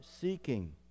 seeking